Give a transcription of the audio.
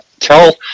Tell